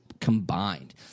combined